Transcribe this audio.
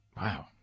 Wow